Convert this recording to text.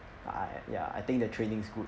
I ya I think the training is good